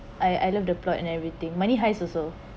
I I love the plot and everything money heist also